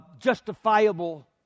justifiable